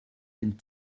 den